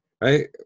right